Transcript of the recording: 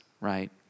right